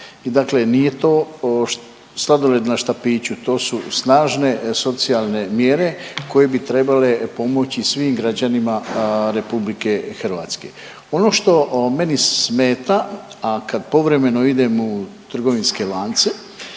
dakle, nije to sladoled na štapiću, to su snažne socijalne mjere koje bi trebale pomoći svim građanima Republike Hrvatske. Ono što meni smeta, a kad povremeno idem u trgovinske lance